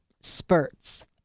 spurts